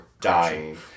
dying